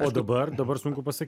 o dabar dabar sunku pasakyt